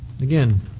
Again